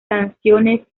canciones